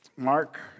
Mark